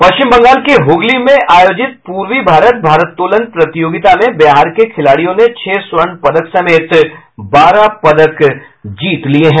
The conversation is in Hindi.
पश्चिम बंगाल के हुगली में आयोजित पूर्वी भारत भारत्तोलन प्रतियोगिता में बिहार के खिलाड़ियों ने छह स्वर्ण पदक समेत बारह पदक जीत लिया है